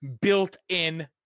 built-in